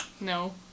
no